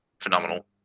phenomenal